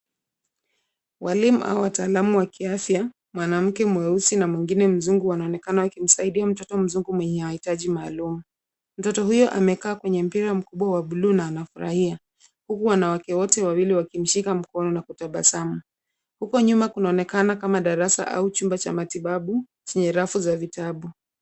Walimu au wataalum wa kiafya, mwanamke mweusi, na mwingine mzungu, wanaonekana wakisaidia mtoto mzungu mwenye mahitaji maalum. Mtoto huyo amekaa kwenye mpira mkubwa wa blue na anafurahia, huku wanawake wote wawili wakimshika mkono na kutabasamu. Huko nyuma kunaonekana kama darasa, au chumba cha matibabu, chenye rafu za vitabu.